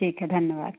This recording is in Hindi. ठीक है धन्यवाद